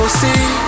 see